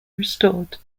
restored